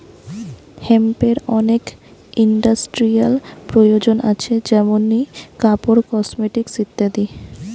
হেম্পের অনেক ইন্ডাস্ট্রিয়াল প্রয়োজন আছে যেমনি কাপড়, কসমেটিকস ইত্যাদি